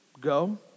Go